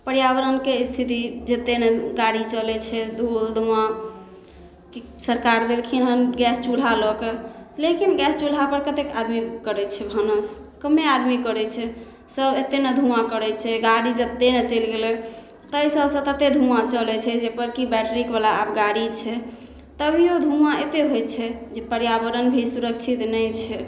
पर्यावरणके स्थिति जते गाड़ी चलै छै धूल धुआँ कि सरकार देलखिन हँ गैस चूल्हा लऽके लेकिन गैस चूल्हा पर कतेक आदमी करै छियै भानस कमे आदमी करै छै सभ एतेक ने धुआँ करै छै गाड़ी जते ने चलि गेलै ताहि सभसँ ततेक धुआँ चलै छै जे बड़की बैट्रीक बला आब गाड़ी छै तभियो धुआँ एते होइ छै जे पर्यावरण भी सुरक्षित नहि छै